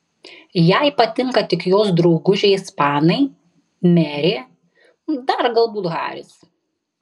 jai patinka tik jos draugužiai ispanai merė dar galbūt haris